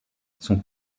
sont